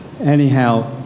Anyhow